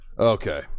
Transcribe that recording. okay